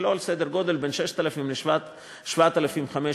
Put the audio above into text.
שתכלול סדר גודל של בין 6,000 ל-7,500 איש.